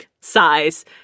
size